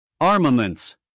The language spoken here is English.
Armaments